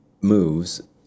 moves